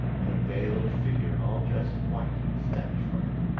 and a veiled figure all dressed in white stepped from it.